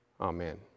Amen